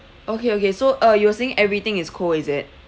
okay okay so uh you were saying everything is cold is it